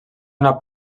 una